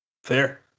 Fair